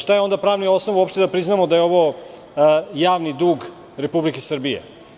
Šta je onda pravni osnov uopšte, da priznamo da je ovo javni dug Republike Srbije?